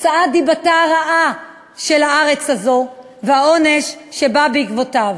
רעה והעונש שבא בעקבותיה.